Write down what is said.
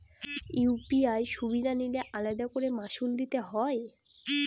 UPI সুবিধা নিলে আলাদা করে মাসুল দিতে হয়?